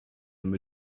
them